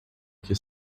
que